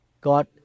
God